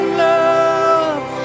love